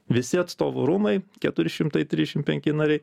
visi atstovų rūmai keturi šimtai trisdešim penki nariai